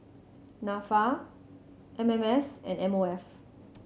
Nafa M M S and M O F